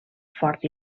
fort